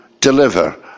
deliver